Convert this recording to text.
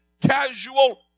casual